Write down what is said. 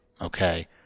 Okay